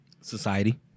Society